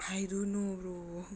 I don't know bro